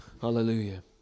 Hallelujah